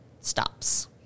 stops